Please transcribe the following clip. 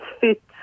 fit